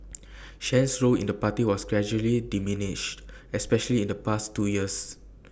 Chen's role in the party was gradually diminished especially in the past two years